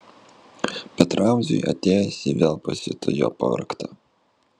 bet ramziui atėjus ji vėl pasijuto jo pavergta